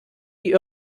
die